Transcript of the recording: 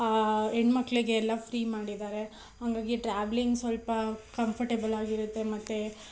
ಹೆಣ್ಮಕ್ಳಿಗೆಲ್ಲ free ಮಾಡಿದ್ದಾರೆ ಹಾಗಾಗಿ travelling ಸ್ವಲ್ಪ ಕಂಫರ್ಟೇಬಲ್ ಆಗಿರುತ್ತೆ ಮತ್ತು